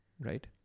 right